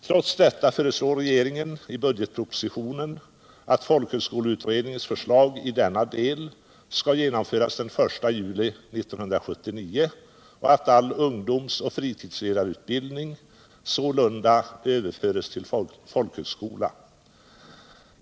Trots detta föreslår regeringen i budgetpropositionen att folkhögskoleutredningens förslag i denna del skall genomföras den 1 juli 1979 och all ungdomsoch fritidsledarutbildning sålunda överföras till folkhögskola.